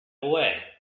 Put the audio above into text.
away